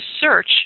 search